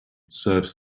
serves